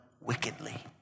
wickedly